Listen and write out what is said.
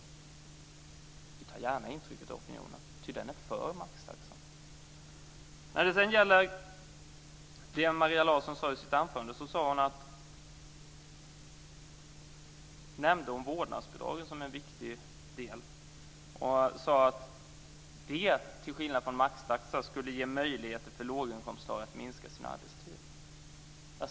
Vi tar gärna intryck av opinionen, ty den är för maxtaxan. Maria Larsson nämnde i sitt anförande vårdnadsbidraget som ett viktigt inslag och menade att det till skillnad från maxtaxa skulle ge möjligheter för låginkomsttagare att minska sin arbetstid.